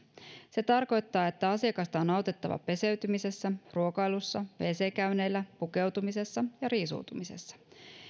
se tarkoittaa että asiakasta on autettava peseytymisessä ruokailussa wc käynneillä pukeutumisessa ja riisuutumisessa